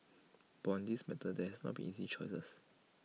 but on this matter there has not be easy choices